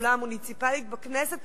בשדולה המוניציפלית בכנסת,